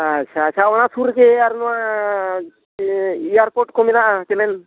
ᱟᱪᱪᱷᱟ ᱟᱪᱪᱷᱟ ᱚᱱᱟ ᱥᱩᱨ ᱨᱮᱜᱮ ᱮᱭᱟᱨᱯᱳᱨᱴ ᱠᱚ ᱢᱮᱱᱟᱜᱼᱟ ᱪᱮᱞᱮᱱ